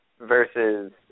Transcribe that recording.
versus